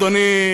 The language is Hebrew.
אדוני,